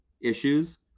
issues